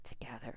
together